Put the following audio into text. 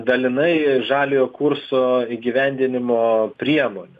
dalinai žaliojo kurso įgyvendinimo priemonių